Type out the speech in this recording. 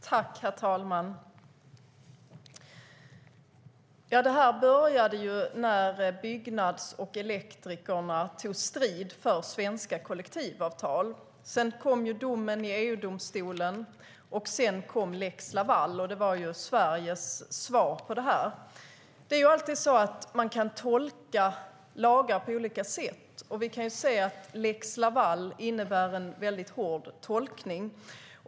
Herr talman! Detta började när Byggnads och Elektrikerförbundet tog strid för svenska kollektivavtal. Sedan kom domen i EU-domstolen och därefter lex Laval, som var Sveriges svar på detta. Man kan alltid tolka lagar på olika sätt, och vi kan se att lex Laval innebär en hård tolkning.